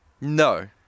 No